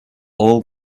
all